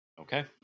Okay